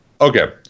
okay